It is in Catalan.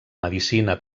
medicina